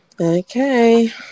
Okay